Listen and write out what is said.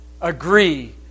agree